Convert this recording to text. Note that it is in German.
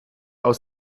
aus